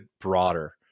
broader